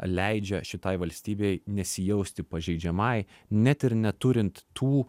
leidžia šitai valstybei nesijausti pažeidžiamai net ir neturint tų